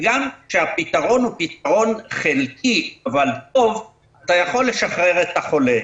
גם כשפתרון חלקי אבל טוב אתה יכול לשחרר את החולה.